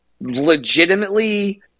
legitimately